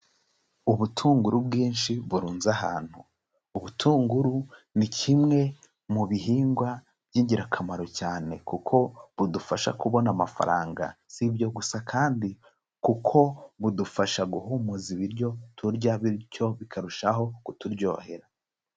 Ubutunguru bwinshi burunze ahantu, ubutunguru ni kimwe mu bihingwa by'ingirakamaro cyane kuko budufasha kubona amafaranga, si ibyo gusa kandi kuko budufasha guhumuza ibiryo turya bityo bikarushaho kuturyohera.